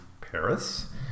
Paris